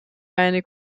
eine